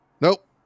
Nope